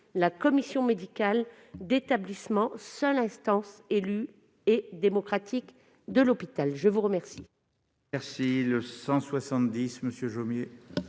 la commission médicale d'établissement, seule instance élue et démocratique de l'hôpital. L'amendement